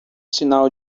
sinal